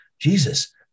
Jesus